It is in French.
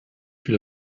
fut